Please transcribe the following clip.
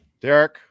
Derek